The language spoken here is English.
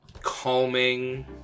calming